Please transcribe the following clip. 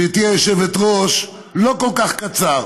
גברתי היושבת-ראש, לא כל כך קצר,